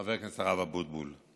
חבר הכנסת הרב אבוטבול.